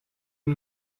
une